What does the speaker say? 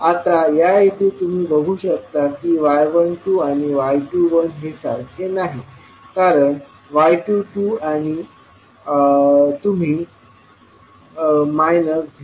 आता या येथे तुम्ही बघू शकता की y12आणि y21हे सारखे नाही कारण y22 तुम्ही 0